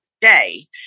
day